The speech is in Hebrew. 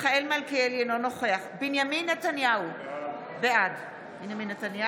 מיכאל מלכיאלי, אינו נוכח בנימין נתניהו, בעד